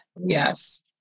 Yes